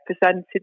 presented